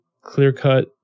clear-cut